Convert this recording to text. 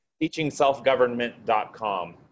teachingselfgovernment.com